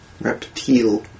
Reptile